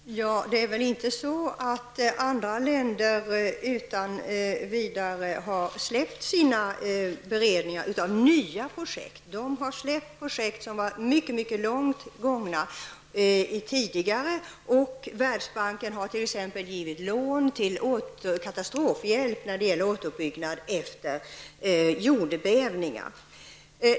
Herr talman! Det är väl inte så att andra länder utan vidare har släppt sina beredningar av nya projekt. De har släppt projekt som har varit mycket långt gångna tidigare. Världsbanken har t.ex. givit lån till katastrofhjälp när det gäller återuppbyggnad efter jordbävningar.